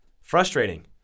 frustrating